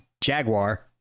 Jaguar